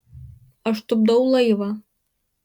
aš tupdau laivą